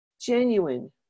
genuine